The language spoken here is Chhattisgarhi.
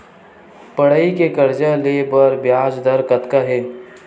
पढ़ई के कर्जा ले बर ब्याज दर कतका हे?